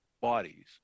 bodies